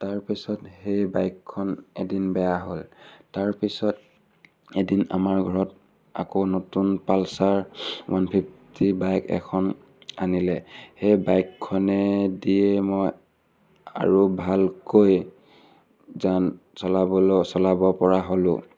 তাৰপিছত সেই বাইকখন এদিন বেয়া হ'ল তাৰপিছত এদিন আমাৰ ঘৰত আকৌ নতুন পালচাৰ ওৱান ফিফটি বাইক এখন আনিলে সেই বাইকখনে দিয়ে মই আৰু ভালকৈ যান চলাবলৈ চলাব পৰা হ'লোঁ